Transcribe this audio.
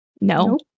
No